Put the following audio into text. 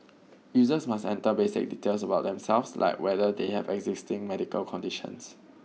users must enter basic details about themselves like whether they have existing medical conditions